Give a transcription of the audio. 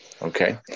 Okay